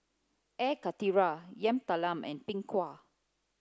Air Karthira Yam Talam and Png Kueh